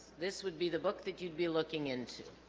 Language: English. this would be the book that you'd be looking into